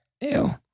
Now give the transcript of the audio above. Ew